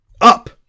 up